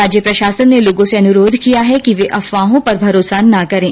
राज्य प्रशासन ने लोगों से अनुरोध किया है कि वे अफवाहों पर भरोसा ना करें